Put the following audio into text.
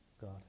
God